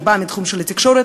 אני באה מתחום התקשורת,